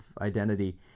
identity